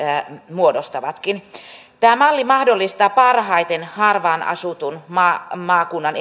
muodostavatkin tämä malli mahdollistaa parhaiten harvaan asutun maakunnan